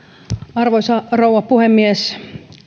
arvoisa rouva puhemies